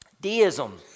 Deism